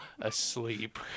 asleep